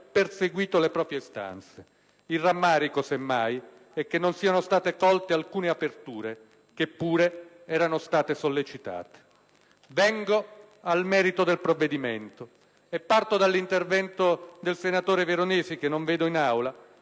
perseguito le proprie istanze; il rammarico, semmai, è che non siano state colte alcune aperture chepure ci erano state sollecitate. Vengo al merito del provvedimento, e parto dall'intervento del senatore Veronesi, che non vedo in Aula